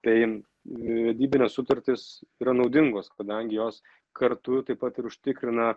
tai vedybinės sutartys yra naudingos kadangi jos kartu taip pat ir užtikrina